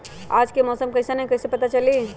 आज के मौसम कईसन हैं कईसे पता चली?